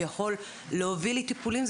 שיכול להוביל לטיפולים,